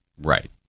Right